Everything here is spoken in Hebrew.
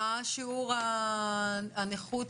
מה שיעור הנכות,